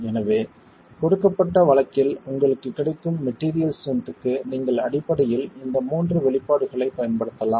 எனவே கொடுக்கப்பட்ட வழக்கில் உங்களுக்குக் கிடைக்கும் மெட்டீரியல் ஸ்ட்ரென்த்க்கு நீங்கள் அடிப்படையில் இந்த மூன்று வெளிப்பாடுகளைப் பயன்படுத்தலாம்